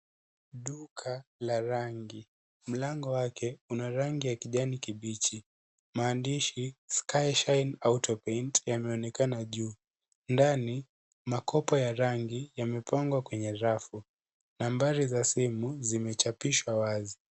Duka la rangi , mlango wake una rangi ya kijani kibichi, maandishi sky shine autopaint yameonekana juu. Ndani makopa ya rangi yamepangwa Kwenye rafu , nambari za simu zimechapishwa wazi.